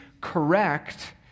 correct